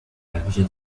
végétation